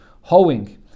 hoeing